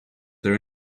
there